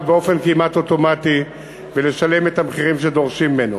באופן כמעט אוטומטי ולשלם את המחירים שדורשים ממנו.